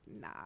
nah